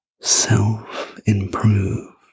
self-improve